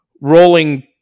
rolling